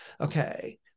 Okay